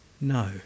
no